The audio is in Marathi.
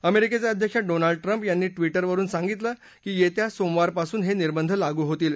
अमेरिकेचे अध्यक्ष डोनाल्ड ट्रम्प यांनी ट्विटरवर सांगितलं की येत्या सोमवारपासून हे निर्दंध लागू होतील